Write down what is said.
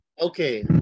Okay